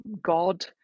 god